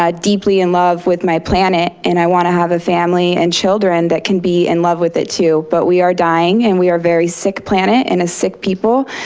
ah deeply in love with my planet and i want to have a family and children that can be in love with it too. but we are dying and we are a very sick planet and a sick people,